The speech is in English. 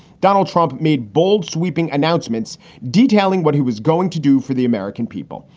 donald trump made bold, sweeping announcements detailing what he was going to do for the american people.